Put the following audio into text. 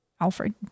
Alfred